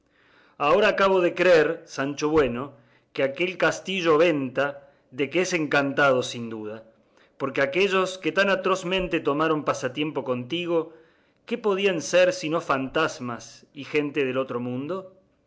ahora acabo de creer sancho bueno que aquel castillo o venta de que es encantado sin duda porque aquellos que tan atrozmente tomaron pasatiempo contigo qué podían ser sino fantasmas y gente del otro mundo